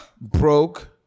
broke